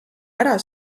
ära